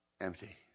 Empty